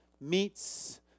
meets